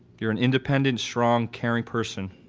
you're an independent, strong, caring person